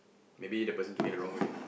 maybe the person took it the wrong way